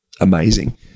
amazing